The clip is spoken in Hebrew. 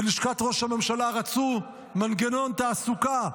בלשכת ראש הממשלה רצו מנגנון תעסוקה,